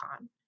on